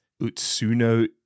Utsuno